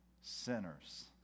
sinners